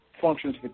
functions